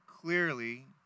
clearly